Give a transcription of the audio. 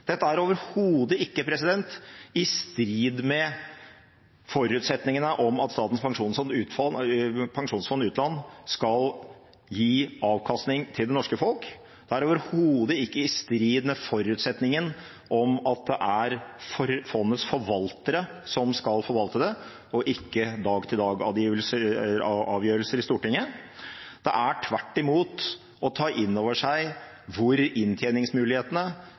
Dette er overhodet ikke i strid med forutsetningene om at Statens pensjonsfond utland skal gi avkastning til det norske folk. Det er overhodet ikke i strid med forutsetningen om at det er fondets forvaltere som skal forvalte det, og ikke dag-til-dag-avgjørelser i Stortinget. Det er tvert imot å ta inn over seg hvor inntjeningsmulighetene